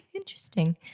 Interesting